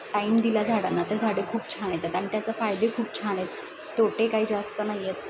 time दिला झाडांना तर झाडे खूप छान येतात आणि त्याचं फायदे खूप छान आहेत तोटे काही जास्त नाही आहेत